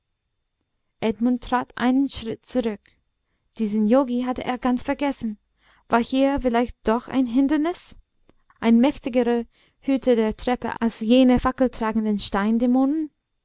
edmund trat einen schritt zurück diesen yogi hatte er ganz vergessen war hier vielleicht doch ein hindernis ein mächtigerer hüter der treppe als jene